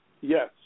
Yes